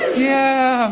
yeah,